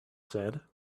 said